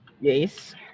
Yes